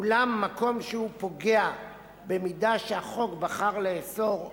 אולם מקום שהוא פוגע במידה שהחוק בחר לאסור,